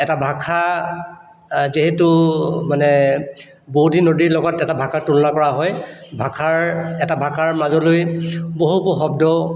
এটা ভাষা যিহেতু মানে বোৱতী নদীৰ লগত এটা ভাষা তুলনা কৰা হয় ভাষাৰ এটা ভাষাৰ মাজলৈ বহু উপশব্দ